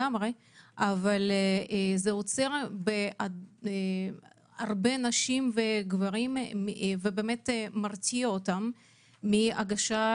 זה עוצר הרבה אנשים ומרתיע אותם מהגשת